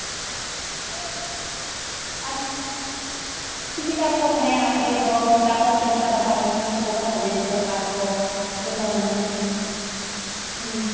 ᱦᱮᱸ ᱟᱪᱪᱷᱟ ᱪᱤᱠᱟᱭᱠᱚ ᱢᱟᱱᱮ ᱟᱯᱮᱫᱚ ᱪᱮᱫᱞᱮᱠᱟ ᱫᱟᱠᱟ ᱡᱚᱢ ᱥᱚᱢᱚᱭ ᱪᱮᱫᱞᱮᱠᱟ ᱠᱷᱟᱸᱡᱚᱭᱟᱠᱚ ᱫᱟᱠᱟ ᱠᱚ ᱪᱮᱫᱞᱮᱠᱟ ᱵᱮᱱᱟᱣᱟᱯᱮ ᱦᱩᱸ